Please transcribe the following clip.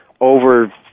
over